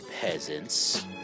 peasants